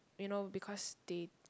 you know because they